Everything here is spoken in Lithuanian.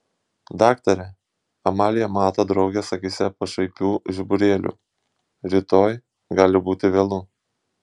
daktare amalija mato draugės akyse pašaipių žiburėlių rytoj gali būti vėlu